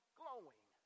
glowing